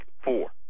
four